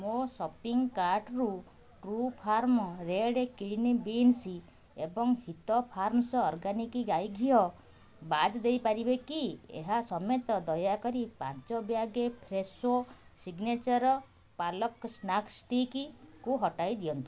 ମୋ ସପିଂ କାର୍ଟ୍ରୁ True Farm red kidney beans ଏବଂ ହିତ ଫାର୍ମସ୍ ଅର୍ଗାନିକ୍ ଗାଈ ଘିଅ ବାଦ୍ ଦେଇପାରିବେ କି ଏହା ସମେତ ଦୟାକରି ପାଞ୍ଚ bag Fresho signature palak snack ଷ୍ଟିକ୍କୁ ହଟାଇ ଦିଅନ୍ତୁ